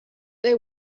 they